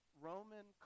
Roman